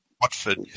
Watford